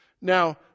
Now